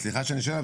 סליחה שאני שואל,